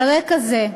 על רקע זה,